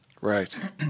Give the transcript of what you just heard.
Right